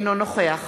אינו נוכח